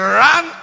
run